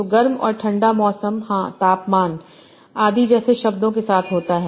तो गर्म और ठंडा मौसम हाँ तापमान आदि जैसे शब्दों के साथ होता है